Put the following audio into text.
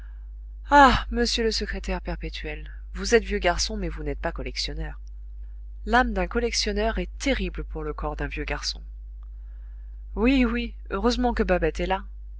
ah monsieur le secrétaire perpétuel vous êtes vieux garçon mais vous n'êtes pas collectionneur l'âme d'un collectionneur est terrible pour le corps d'un vieux garçon oui oui heureusement que babette est là